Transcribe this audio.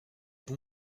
bon